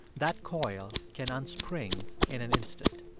that coil can unspring in an instant,